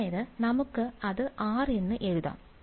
അതായത് നമുക്ക് അത് r എന്ന് എഴുതാം